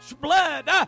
blood